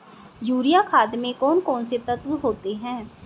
Urea खाद में कौन कौन से तत्व होते हैं?